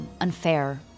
unfair